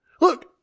Look